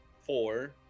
four